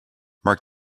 mark